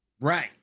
Right